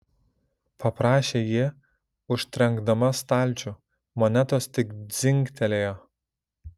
paprašė ji užtrenkdama stalčių monetos tik dzingtelėjo